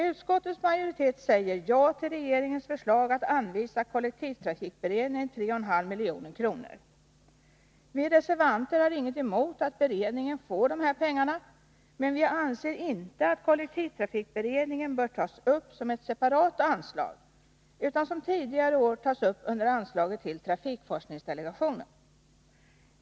Utskottets majoritet säger ja till regeringens förslag att anvisa kollektivtrafikberedningen 3,5 milj.kr. S Vi reservanter har inget emot att beredningen får dessa pengar, men vi anser inte att anslaget till kollektivtrafikberedningen bör tas upp separat utan som tidigare år tas upp under anslaget till trafikforskningsdelegationen.